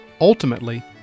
ultimately